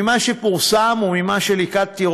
ממה שפורסם וממה שליקטתי,